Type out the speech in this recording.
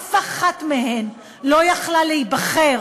אף אחת מהן לא יכלה להיבחר